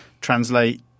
translate